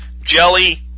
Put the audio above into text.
jelly